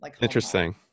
Interesting